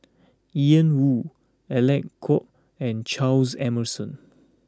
Ian Woo Alec Kuok and Charles Emmerson